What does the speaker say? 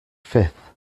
fifth